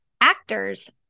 actors